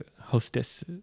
hostess